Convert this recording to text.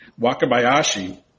Wakabayashi